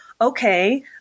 Okay